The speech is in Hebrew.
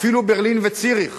אפילו בברלין ובציריך